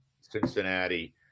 Cincinnati